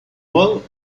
vol